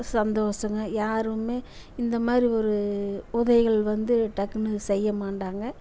சந்தோஷங்க யாரும் இந்த மாதிரி ஒரு உதவிகள் வந்து டக்குன்னு செய்யமாட்டாங்க